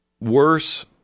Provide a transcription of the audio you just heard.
worse